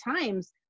times